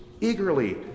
eagerly